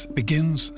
begins